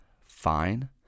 fine